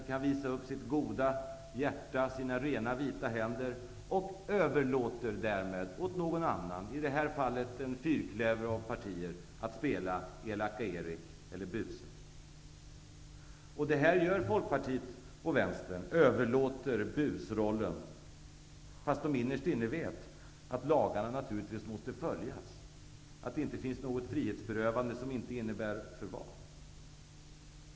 Man kan visa upp sitt goda hjärta och sina rena vita händer och överlåter därmed åt någon annan, i det här fallet en fyrklöver av partier, att spela Elaka Folkpartiet och Vänstern överlåter busrollen, fast de innerst inne vet att lagarna naturligtvis måste följas, att det inte finns något frihetsberövande som inte innebär förvar.